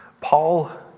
Paul